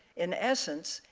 in essence,